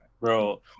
Bro